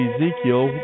Ezekiel